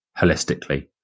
holistically